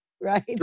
right